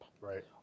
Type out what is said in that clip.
Right